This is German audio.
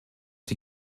die